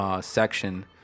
Section